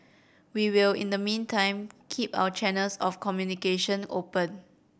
we will in the meantime keep our channels of communication open